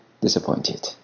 disappointed